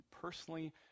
personally